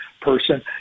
person